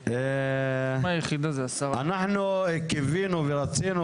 אנחנו קיווינו ורצינו,